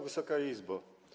Wysoka Izbo!